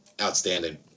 outstanding